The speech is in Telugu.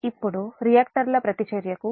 ఇప్పుడు రియాక్టర్ల ప్రతిచర్యకు 2